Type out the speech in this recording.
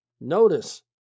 Notice